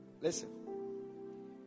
listen